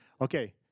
Okay